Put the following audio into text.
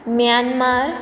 Myanmar